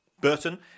Burton